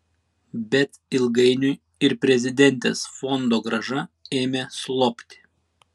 bet ilgainiui ir prezidentės fondogrąža ėmė slopti